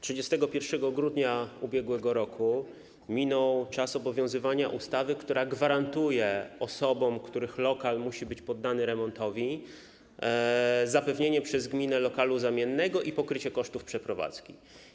31 grudnia ub.r. minął czas obowiązywania ustawy, która gwarantuje osobom, których lokal musi być poddany remontowi, zapewnienie przez gminę lokalu zamiennego i pokrycie kosztów przeprowadzki.